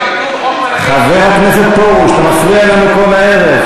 חבר הכנסת פרוש, אתה מפריע לנו כל הערב.